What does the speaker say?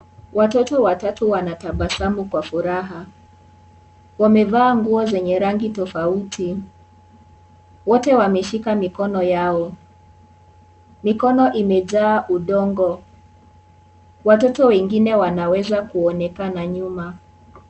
Watoto watatu wanatabasamu kwa furaha wameva nguo zenye rangi tofauti wote wameshika mikono yao. Mikono imejaa udongo watoto wengine wanaweza kuonekana nyuma.